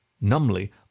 Numbly